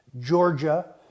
Georgia